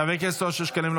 חבר הכנסת אושר שקלים,